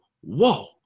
whoa